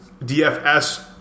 DFS